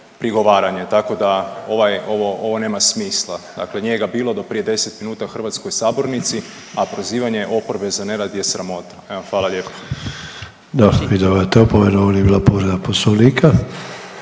prigovaranje, tako da ovaj, ovo, ovo nema smisla, dakle nije ga bilo do prije 10 minuta u hrvatskoj sabornici, a prozivanje oporbe za nerad je sramota, evo hvala lijepo.